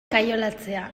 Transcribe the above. kaiolatzea